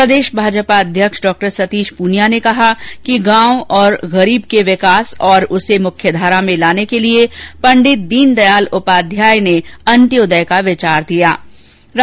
प्रदेश भाजपा अध्यक्ष डॉ सतीश प्रनिया ने कहा कि गांव और गरीब के विकास और उसे मुख्य धारा में लाने के लिये पण्डित दीनदयाल उपाध्याय ने अन्तयोदय के विचार की प्ररेणा दी